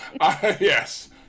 Yes